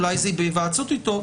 אולי זה בהיוועצות אתו.